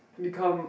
become